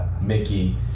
Mickey